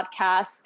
podcast